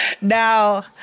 now